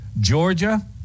Georgia